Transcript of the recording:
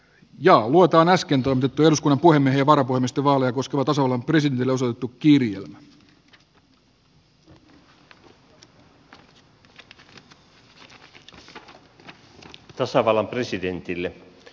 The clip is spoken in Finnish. joo luotain äsken toimituskulu kuin eevana voimistuvalle koska tasavallan varapuhemiesten vaaleja koskeva tasavallan presidentille